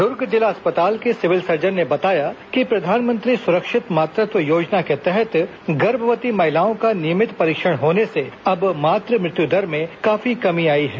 दुर्ग जिला अस्पताल के सिविल सर्जन ने बताया कि प्रधानमंत्री सुरक्षित मातृत्व योजना के तहत गर्भवती महिलाओं का नियमित परीक्षण होने से अब मात्र मृत्यु दर मे काफी कमी आई है